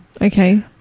Okay